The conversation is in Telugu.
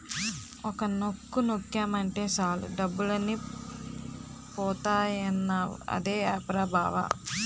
ఒక్క నొక్కు నొక్కేమటే సాలు డబ్బులన్నీ పోతాయన్నావ్ అదే ఆప్ రా బావా?